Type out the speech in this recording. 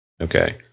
Okay